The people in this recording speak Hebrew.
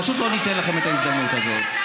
פשוט לא ניתן לכם את ההזדמנות הזאת.